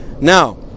Now